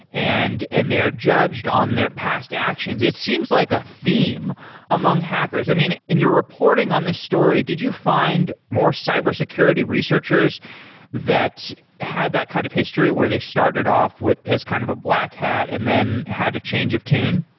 and and they are judged on their past actions. it seems like a theme among hackers. i mean, and you're reporting on this story, did you find more cybersecurity researchers that had that kind of history, where they started off with as kind of a black hat and then had a change of tune?